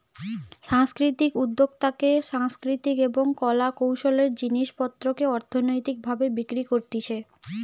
সাংস্কৃতিক উদ্যোক্তাতে সাংস্কৃতিক এবং কলা কৌশলের জিনিস পত্রকে অর্থনৈতিক ভাবে বিক্রি করতিছে